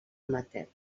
amateur